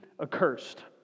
accursed